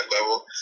level